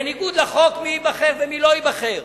בניגוד לחוק, מי ייבחר ומי לא ייבחר?